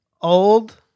Old